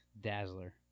dazzler